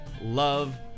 love